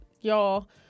y'all